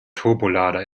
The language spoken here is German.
turbolader